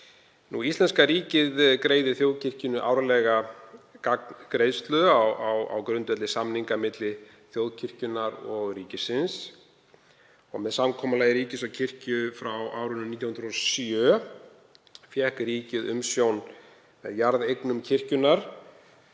Íslenska ríkið greiðir þjóðkirkjunni árlega gagngreiðslu á grundvelli samninga milli þjóðkirkjunnar og ríkisins. Með samkomulagi ríkis og kirkju frá árinu 1907 fékk ríkið umsjón með jarðeignum kirkjunnar